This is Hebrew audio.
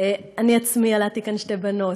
אני עצמי ילדתי כאן שתי בנות.